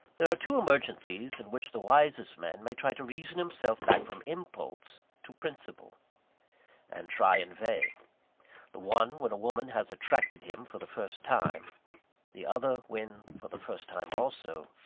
there are two emergencies in which the wisest man may try to reason himself back from impulse to principle and try in vain the one when a woman has attracted him for the first time the other, when, for the first time, also,